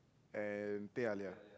and teh-halia